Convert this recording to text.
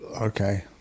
Okay